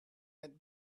had